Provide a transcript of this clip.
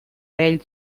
erail